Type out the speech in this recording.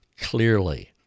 clearly